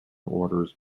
orders